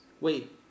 Wait